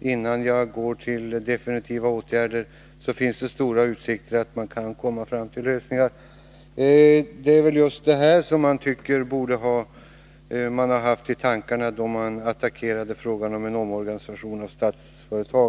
innan jag går till defintiva åtgärder, finns det stora utsikter att man kan komma fram till lösningar. Det är väl just detta, herr Åsling, som man borde ha haft i tankarna, då man attackerade frågan om en omorganisation av Statsföretag.